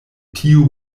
tiu